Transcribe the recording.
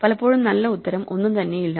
പലപ്പോഴും നല്ല ഉത്തരം ഒന്നും തന്നെയില്ല